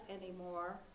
anymore